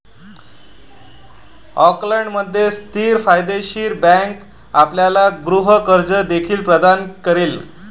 ऑकलंडमध्ये स्थित फायदेशीर बँक आपल्याला गृह कर्ज देखील प्रदान करेल